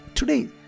Today